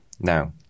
now